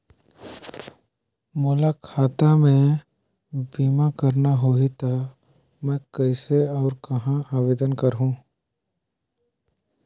मोला खाता मे बीमा करना होहि ता मैं कइसे और कहां आवेदन करहूं?